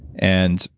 and